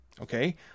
okay